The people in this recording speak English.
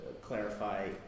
clarify